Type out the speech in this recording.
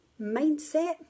mindset